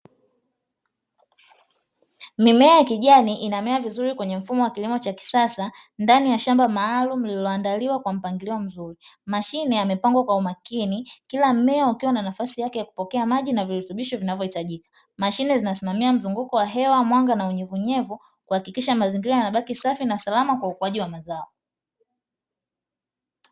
Mimea ya kijani inamea vizuri kwenye mfumo wa kilimo cha kisasa ndani ya shamba maalumu lililoandaliwa kwa mpangilio mzuri. Mashine yamepangwa kwa umakini kila mmea ukiwa na nafasi yake ya kupokea maji na virutubisho vinavyohitajika. Mashine zinasimamia mzunguko wa hewa, mwanga na unyevunyevu; kuhakikisha mazingira yanabaki safi na salama kwa ukuaji wa mazao.